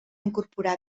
incorporar